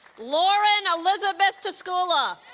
lauren elizabeth tuiskula